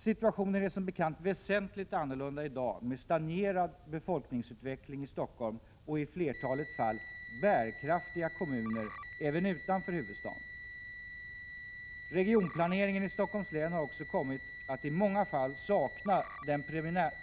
Situationen är som bekant väsentligt annorlunda i dag, med stagnerad befolkningsutveckling i Stockholm och, i flertalet fall, bärkraftiga kommuner även utanför huvudstaden. Regionplaneringen i Stockholms län har också kommit att i många fall sakna den